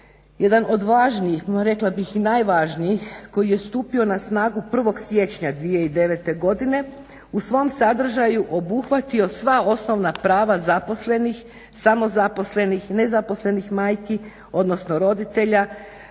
jedan od važnih rekla bih i najvažnijih koji je stupio na snagu 1.siječnja 2009.godine u svom sadržaju obuhvatio sva osnovna prava zaposlenih, samozaposlenih, nezaposlenih majki odnosno roditelja